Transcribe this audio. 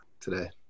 today